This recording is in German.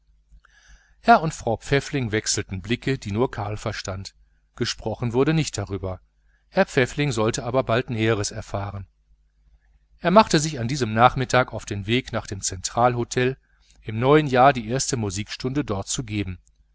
herr und frau pfäffling wechselten blicke die nur karl verstand gesprochen wurde nichts darüber herr pfäffling sollte aber bald näheres erfahren er machte sich an diesem nachmittag auf den weg nach dem zentralhotel im neuen jahr die erste musikstunde dort zu geben